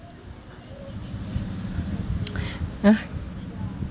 uh